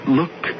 look